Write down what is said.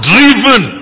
Driven